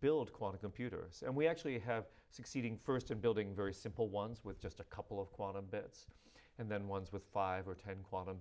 build quantum computers and we actually have succeeding first and building very simple ones with just a couple of quantum bits and then ones with five or ten quantum